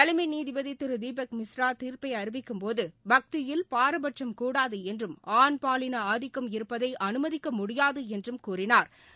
தலைமை நீதிபதி திரு தீபக் மிஸ்ரா தீர்ப்பை அறிவிக்கும்போது பக்தியில் பாரபட்சும் கூடாது என்றும் ஆண் பாலின ஆதிக்கம் இருப்பதை அனுமதிக்க முடியாது என்றும் கூறினாா்